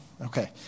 Okay